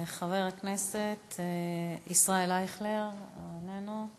חבר הכנסת ישראל אייכלר הוא איננו.